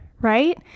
right